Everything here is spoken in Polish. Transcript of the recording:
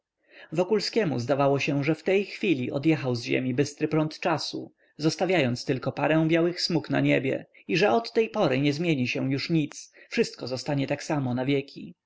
wodzie wokulskiemu zdawało się że w tej chwili odjechał z ziemi bystry prąd czasu zostawiając tylko parę białych smug na niebie i od tej pory nie zmieni się już nic wszystko zostanie tak samo na wieki